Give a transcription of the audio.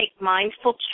mindful